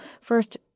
First